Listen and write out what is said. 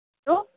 hello